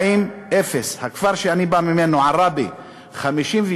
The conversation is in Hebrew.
40, 0, הכפר שאני בא ממנו, עראבה: 56,